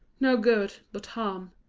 no good, but harm,